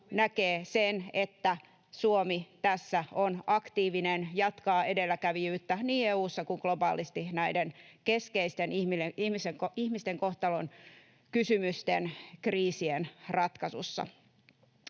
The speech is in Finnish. näkee sen, että Suomi tässä on aktiivinen, jatkaa edelläkävijyyttä niin EU:ssa kuin globaalisti näiden keskeisten ihmisten kohtalonkysymysten, kriisien ratkaisussa.